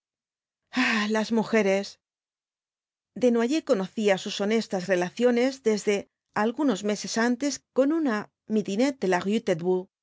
las mujeres desnoyers conocía sus honestas relaciones desde algunos meses antes con una midinette de la